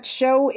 show